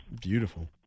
Beautiful